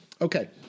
Okay